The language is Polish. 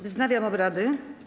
Wznawiam obrady.